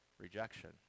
rejection